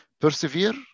persevere